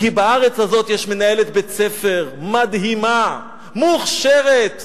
כי בארץ הזאת יש מנהלת בית-ספר מדהימה, מוכשרת.